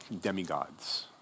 demigods